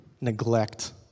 neglect